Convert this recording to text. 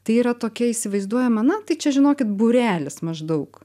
tai yra tokia įsivaizduojama na tai čia žinokit būrelis maždaug